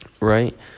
right